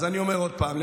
אז אני אומר עוד פעם,